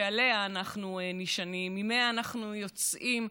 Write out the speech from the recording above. שעליה אנחנו נשענים וממנה אנחנו יוצאים,